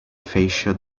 facial